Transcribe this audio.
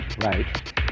Right